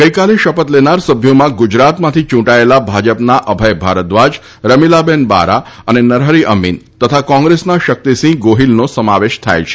ગઈકાલે શપથ લેનારા સભ્યોમાં ગુજરાતમાંથી ચૂંટાયેલા ભાજપના અભય ભારદ્વાજ રમીલાબેન બારા અને નરહરિ અમીન અને કોંગેસના શક્તિસિંહ ગોહિલનો સમાવેશ થાય છે